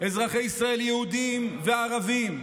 אזרחי ישראל יהודים וערבים,